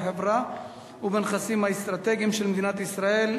בחברה ובנכסים האסטרטגיים של מדינת ישראל,